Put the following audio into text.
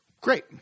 Great